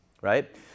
right